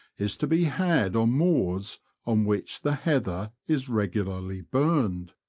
is to be had on moors on which the heather is regularly burned.